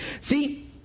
See